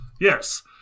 Yes